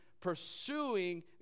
pursuing